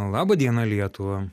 laba diena lietuva